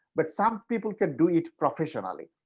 but some people can do it professionally.